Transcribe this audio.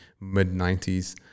mid-90s